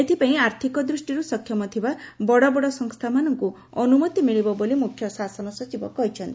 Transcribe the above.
ଏଥିପାଇଁ ଆର୍ଥିକ ଦୃଷ୍ଷିରୁ ସକ୍ଷମ ଥିବା ବଡ ବଡ ସଂସ୍ତାମାନଙ୍କୁ ଅନୁମତି ମିଳିବ ବୋଲି ମୁଖ୍ୟ ଶାସନ ସଚିବ କହିଛନ୍ତି